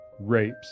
rapes